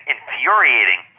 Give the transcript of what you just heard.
Infuriating